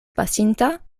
pasinta